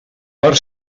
per